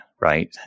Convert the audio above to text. right